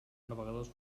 navegadors